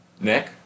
Nick